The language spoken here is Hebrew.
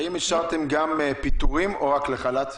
האם אישרתם גם פיטורים או רק חל"ת?